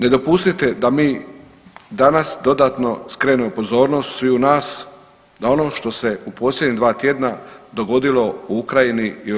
Ne dopustite da mi danas dodatno skrenemo pozornost sviju nas da ono što se u posljednjih dva tjedna dogodilo u Ukrajini i Europi.